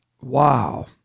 wow